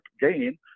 gain